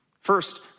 First